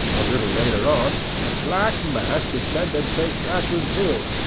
a little later on, a black mass descended st. catherine's hill,